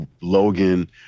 logan